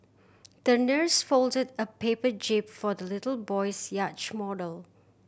the nurse folded a paper jib for the little boy's yacht model